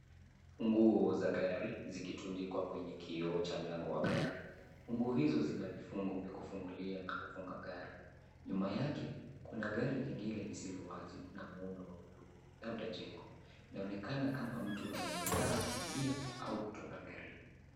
Funguo za gari zikitundikwa kwenye kioo cha mlango wa gari. Funguo hizo zina vifungu vya kufungulia na kufunga gari, nyuma yake kuna gari jingine lisilo wazi na muundo wa bluu labda jengo. Inaonekana kama mtu anajiandaa kuingia au kutoka garini.